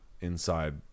inside